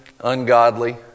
ungodly